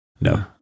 No